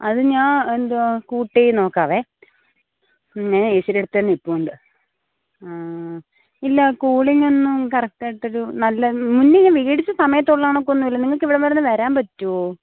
അത് ഞാൻ എന്തുവാണ് കൂട്ടി നോക്കാമേ ഞാൻ എ സിയുടെ അടുത്ത് തന്നെ നിൽപ്പുണ്ട് ഇല്ല കൂളിംഗ് ഒന്നും കറക്ട് ആയിട്ടൊരു നല്ലത് മുന്നേ ഞാൻ വേടിച്ച സമയത്തുള്ള തണുപ്പൊന്നുമില്ല നിങ്ങൾക്ക് ഇവിടെ വരെ ഒന്ന് വരാൻ പറ്റുമോ